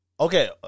Okay